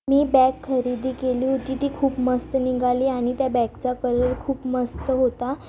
मी bag खरेदी केली होती ती खूप मस्त निघाली आणि त्या बॅगचा कलर खूप मस्त होता